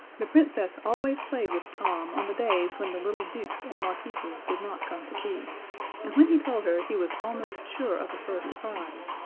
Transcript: the princess always played with tom on the days when the little dukes and marquises did not come to tea and when he told her he was almost sure of the first prize,